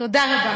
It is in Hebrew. תודה רבה.